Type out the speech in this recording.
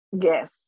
yes